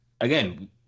again